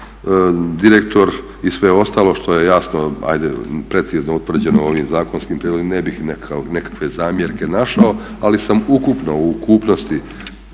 direktor i sve ostalo što je jasno ajde precizno utvrđeno ovim zakonskim prijedlogom i ne bih nekakve zamjerke našao ali sam ukupno u ukupnosti